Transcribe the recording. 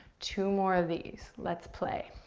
two more of these. let's play.